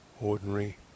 ordinary